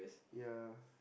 ya